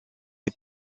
est